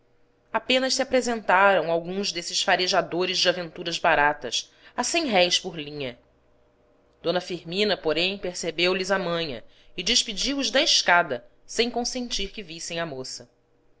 apenas se apresentaram alguns desses farejadores de aventuras baratas a cem réis por linha d firmina porém percebeu lhes a manha e despediu os da escada sem consentir que vissem a moça